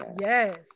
Yes